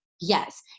Yes